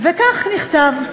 וכך נכתב,